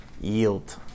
Yield